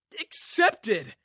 accepted